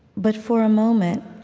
but for a moment,